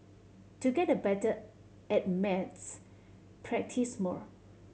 to get a better at maths practice more